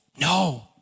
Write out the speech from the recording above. No